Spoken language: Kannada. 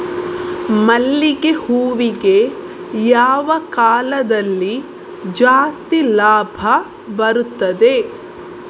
ಮಲ್ಲಿಗೆ ಹೂವಿಗೆ ಯಾವ ಕಾಲದಲ್ಲಿ ಜಾಸ್ತಿ ಲಾಭ ಬರುತ್ತದೆ?